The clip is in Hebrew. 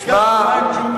ברכת שמים, ג'ומס.